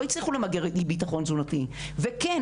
לא הצליחו למגר את אי ביטחון תזונתי וכן,